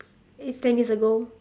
is ten years ago